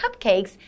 cupcakes